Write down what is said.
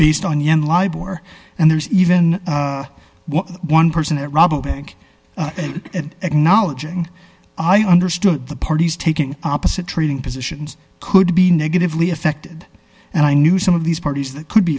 libel or and there's even one person that rob a bank and acknowledging i understood the parties taking opposite trading positions could be negatively affected and i knew some of these parties that could be